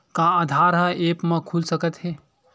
का आधार ह ऐप म खुल सकत हे?